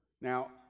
Now